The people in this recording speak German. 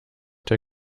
der